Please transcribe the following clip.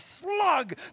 slug